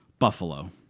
Buffalo